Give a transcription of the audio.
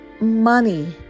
money